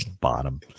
Bottom